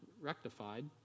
rectified